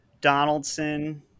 Donaldson